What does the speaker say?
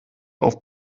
auf